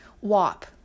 WAP